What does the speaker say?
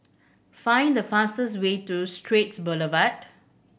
find the fastest way to Straits Boulevard